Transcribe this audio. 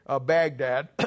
Baghdad